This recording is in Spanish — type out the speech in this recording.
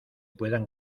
pueden